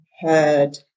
heard